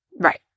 Right